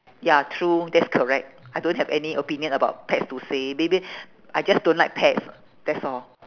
ya true that's correct I don't have any opinion about pets to say maybe I just don't like pets that's all